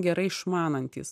gerai išmanantys